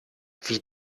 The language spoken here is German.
wie